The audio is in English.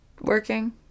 working